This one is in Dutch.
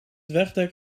wegdek